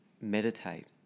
meditate